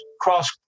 cross